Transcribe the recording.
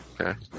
Okay